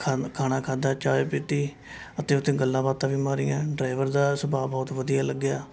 ਖਨ ਖਾਣਾ ਖਾਧਾ ਚਾਹ ਪੀਤੀ ਅਤੇ ਉੱਥੇ ਗੱਲਾਂ ਬਾਤਾਂ ਵੀ ਮਾਰੀਆਂ ਡਰਾਈਵਰ ਦਾ ਸੁਭਾਅ ਬਹੁਤ ਵਧੀਆ ਲੱਗਿਆ